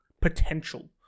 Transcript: potential